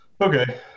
Okay